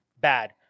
bad